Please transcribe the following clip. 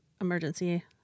emergency